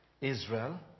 Israel